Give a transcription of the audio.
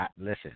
listen